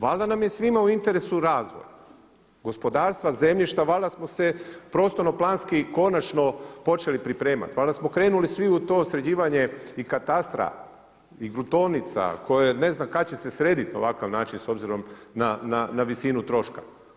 Valjda nam je svima u interesu razvoj, gospodarstva, zemljišta, valjda smo se prostorno planski konačno počeli pripremati, valjda smo krenuli svi u to sređivanje i katastra i gruntovnica koje ne znam kada će se srediti na ovakav način s obzirom na visinu troška.